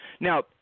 Now